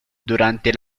durante